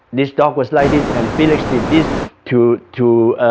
this dog was like this and felix did this to to